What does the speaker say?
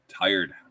tired